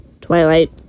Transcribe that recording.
twilight